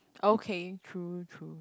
okay true true